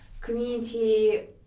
community